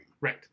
Right